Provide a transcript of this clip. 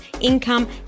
income